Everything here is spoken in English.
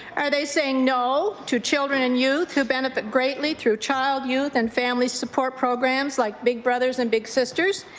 are they saying no to children and youth who benefit greatly through child youth and family support programs like big brothers and big sisters?